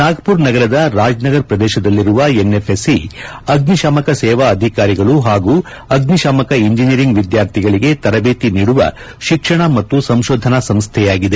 ನಾಗ್ದುರ ನಗರದ ರಾಜ್ನಗರ್ ಪ್ರದೇಶದಲ್ಲಿರುವ ಎನ್ಎಫ್ಎಸ್ಸಿಅಗ್ನಿಶಾಮಕ ಸೇವಾ ಅಧಿಕಾರಿಗಳು ಹಾಗೂ ಅಗ್ನಿಶಾಮಕ ಇಂಜಿನಿಯರಿಂಗ್ ವಿದ್ಯಾರ್ಥಿಗಳಿಗೆ ತರಬೇತಿ ನೀಡುವ ಶಿಕ್ಷಣ ಮತ್ತು ಸಂಶೋಧನಾ ಸಂಸ್ಥೆಯಾಗಿದೆ